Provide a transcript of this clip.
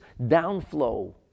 downflow